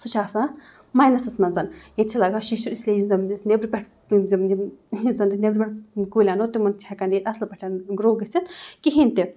سُہ چھِ آسان مَینَسَس منٛز ییٚتہِ چھِ لگان شِشُر اِسلیے نٮ۪برٕ پٮ۪ٹھ یِم زَن یِم ییٚتہِ زَن یِم نٮ۪برٕ پٮ۪ٹھ کُلۍ اَنو تِمَن چھِ ہٮ۪کان ییٚتہِ اَصٕل پٲٹھۍ گرٛو گٔژھِتھ کِہیٖنۍ تہِ